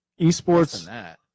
esports